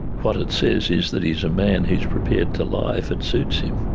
what it says is that he is a man who is prepared to lie if it suits him.